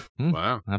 Wow